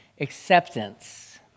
acceptance